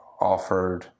offered